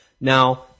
Now